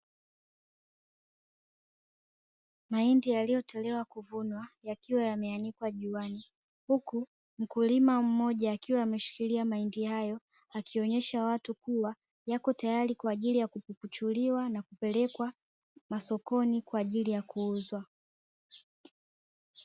Mahindi yaliyotolewa kuvunwa yakiwa yameanikwa juani, huku mkulima mmoja akiwa ameshikilia mahindi hayo, akionyesha watu kuwa yako tayari kwa ajili ya kupukuchuliwa na kupelekwa masokoni kwa ajili ya kuuzwa.